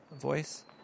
Voice